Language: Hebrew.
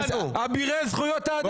אבירי זכויות האדם.